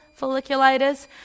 folliculitis